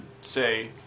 say